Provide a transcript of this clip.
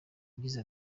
yagize